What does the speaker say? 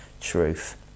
truth